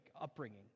upbringing